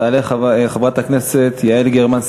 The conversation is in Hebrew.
תעלה חברת הכנסת יעל גרמן,